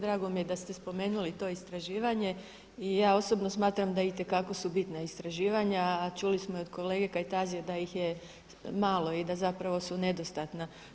Drago mi je da ste spomenuli to istraživanje i ja osobno smatram da itekako su bitna istraživanja, a čuli smo i od kolege Kajtazija da ih je malo i da zapravo su nedostatna.